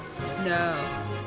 no